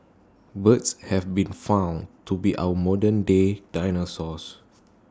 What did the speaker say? birds have been found to be our modernday dinosaurs